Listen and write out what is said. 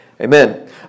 amen